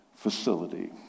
facility